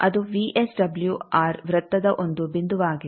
ಅದು ವಿಎಸ್ಡಬ್ಲ್ಯೂಆರ್ ವೃತ್ತದ ಒಂದು ಬಿಂದುವಾಗಿದೆ